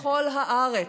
בכל הארץ.